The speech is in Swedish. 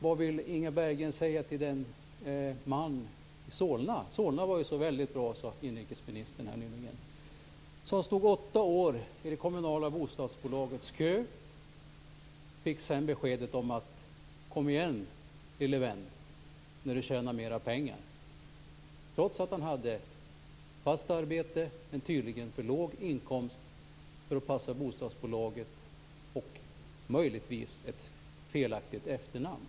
Vad vill Inga Berggren säga till den man i Solna - Solna var ju så bra, sade inrikesministern här nyligen - som stod i det kommunala bostadsbolagets kö i åtta år och sedan fick beskedet: Kom igen, lille vän, när du tjänar mera pengar! Detta skedde trots att han hade fast arbete men tydligen för låg inkomst för att passa bostadsbolaget och möjligtvis fel efternamn.